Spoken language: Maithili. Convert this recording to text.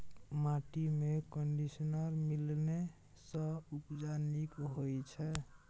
माटिमे कंडीशनर मिलेने सँ उपजा नीक होए छै